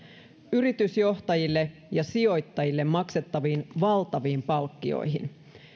yritysjohtajille ja sijoittajille maksettaviin valtaviin palkkioihin